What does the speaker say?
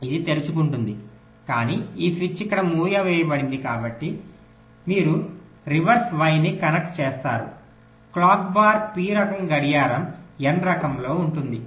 ఇది తెరుచుకుంటుంది కానీ ఈ స్విచ్ ఇక్కడ మూసివేయబడింది మీరు రివర్స్ Y ని కనెక్ట్ చేస్తారు క్లాక్ బార్ p రకం గడియారం n రకంలో ఉంటుంది